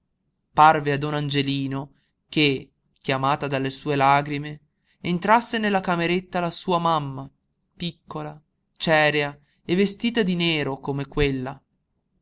a don angelino che chiamata dalle sue lagrime entrasse nella cameretta la sua mamma piccola cerea e vestita di nero come quella